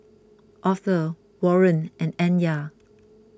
Arthor Warren and Anya